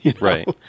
Right